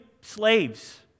slaves